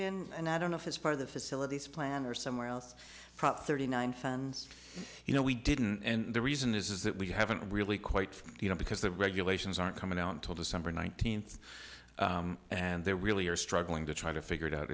in and i don't know if it's part of the facilities plan or somewhere else prop thirty nine funds he no we didn't and the reason is is that we haven't really quite you know because the regulations aren't coming out until december nineteenth and they really are struggling to try to figure it out